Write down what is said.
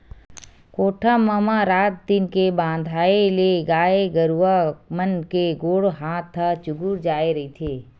कोठा म म रात दिन के बंधाए ले गाय गरुवा मन के गोड़ हात ह चूगूर जाय रहिथे